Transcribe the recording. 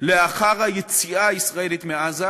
לאחר היציאה הישראלית מעזה,